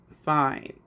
Fine